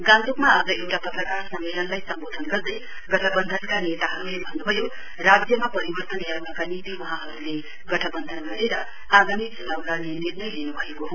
गान्तोकमा आज एउटा पत्रकार सम्मेलनलाई सम्वोधन गर्दै गठबन्धनका नेताहरुले भन्नुभयो राज्यमा परिवर्तन ल्याउनका निम्ति वहाँहरुले गठवन्धन गरेर आगामी चुनाउ लड़ने निर्णय लिनुभएको हो